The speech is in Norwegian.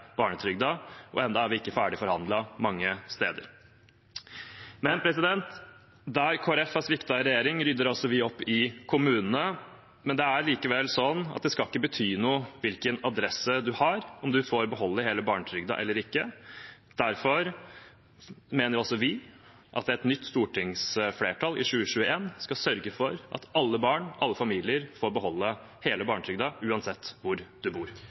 og enda er vi ikke ferdig forhandlet mange steder. Der Kristelig Folkeparti har sviktet i regjering, rydder altså vi opp i kommunene. Det er likevel sånn at hvilken adresse man har, ikke skal bety noe for om man får beholde hele barnetrygden eller ikke. Derfor mener vi at et nytt stortingsflertall i 2021 skal sørge for at alle barn, alle familier, får beholde hele barnetrygden – uansett hvor de bor.